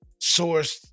sourced